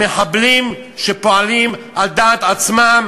המחבלים שפועלים על דעת עצמם